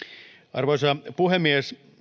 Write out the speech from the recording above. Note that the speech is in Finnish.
arvoisa puhemies